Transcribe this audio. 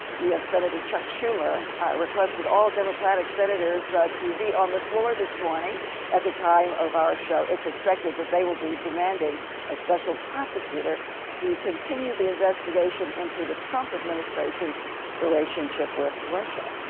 new york senator chuck schumer requested all democratic senators to be on the floor this morning at the time of our show. it's expected that they will be demanding a special prosecutor to continue the investigation into the trump administration's relationship with russia.